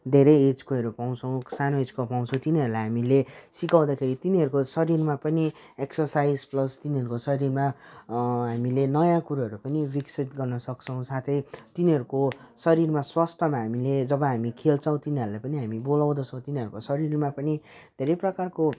धेरै एजकोहरू पाउँछौँ सानो एजको पाउँछौँ तिनीहरूलाई हामीले सिकाउँदाखेरि तिनीहरूको शरीरमा पनि एक्सरसाइज प्लस तिनीहरूको शरीरमा हामीले नयाँ कुरोहरू पनि विकसित गर्नसक्छौँ साथै तिनीहरूको शरीरमा स्वास्थ्यमा हामीले जब हामी खेल्छौँ तिनीहरूलाई पनि हामी बोलाउँदछौँ तिनीहरूको शरीरमा पनि धेरै प्रकारको